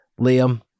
Liam